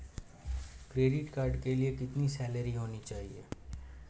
Credit card के लिए कितनी सैलरी होनी चाहिए?